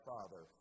Father